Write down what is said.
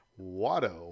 Watto